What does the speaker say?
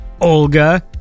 Olga